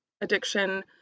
addiction